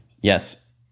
Yes